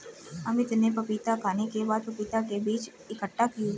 अमित ने पपीता खाने के बाद पपीता के बीज इकट्ठा किए